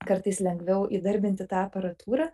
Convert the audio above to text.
kartais lengviau įdarbinti tą aparatūrą